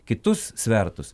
kitus svertus